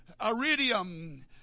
iridium